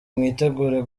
mwitegure